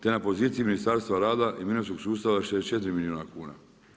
Te na poziciji Ministarstva rada i mirovinskog sustava 64 milijuna kuna.